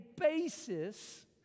basis